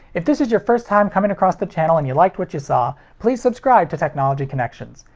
if this is your first time coming across the channel and you liked what you saw, please subscribe to technology connections!